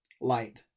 Light